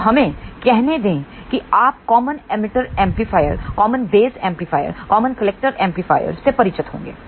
तो हमें कहने दे की आप common emitter amplifier common base amplifier common collector amplifier से परिचित होंगे